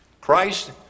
Christ